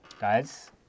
guys